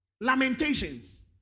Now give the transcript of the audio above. Lamentations